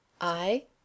I